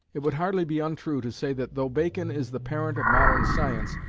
it would hardly be untrue to say that though bacon is the parent of modern science,